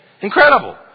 Incredible